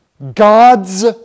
God's